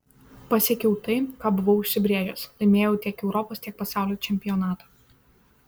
pasiekiau tai ką buvau užsibrėžęs laimėjau tiek europos tiek pasaulio čempionatą